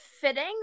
fitting